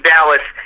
Dallas